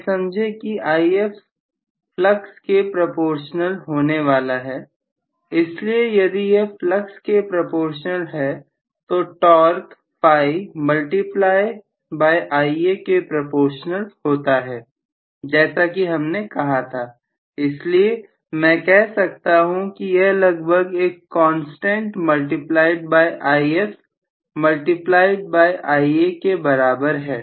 यह समझें कि IF फ्लक्स के प्रोपोर्शनल होने वाला है इसलिए यदि यह फ्लक्स के प्रोपोर्शनल है तो torque phi multiply by Ia के प्रफेशनल होता है जैसा कि हमने कहा था इसलिए मैं यह कह सकता हूं कि यह लगभग एक constant multiplied by If multiplied by Ia के बराबर है